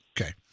Okay